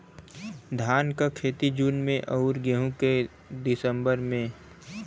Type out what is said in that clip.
धान क खेती जून में अउर गेहूँ क दिसंबर में?